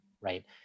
right